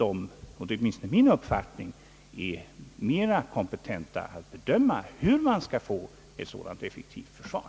Enligt min uppfattning är dessa mer kompetenta att bedöma hur man skall få ett effektivt försvar.